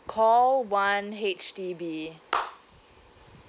call one H_D_B